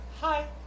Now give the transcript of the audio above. Hi